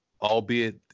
albeit